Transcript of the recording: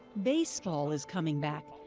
baseball is coming back,